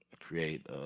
create